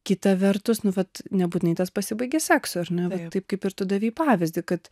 kita vertus nu vat nebūtinai tas pasibaigia seksu ir nu taip kaip ir tu davei pavyzdį kad